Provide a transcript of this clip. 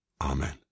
Amen